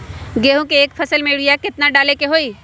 गेंहू के एक फसल में यूरिया केतना डाले के होई?